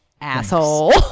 asshole